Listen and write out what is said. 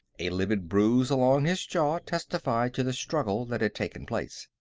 a livid bruise along his jaw testified to the struggle that had taken place.